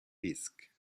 disk